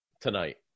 tonight